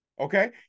Okay